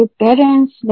parents